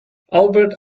albert